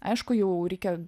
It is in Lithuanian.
aišku jau reikia